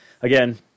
again